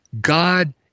God